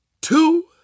two